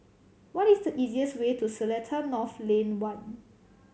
what is the easiest way to Seletar North Lane One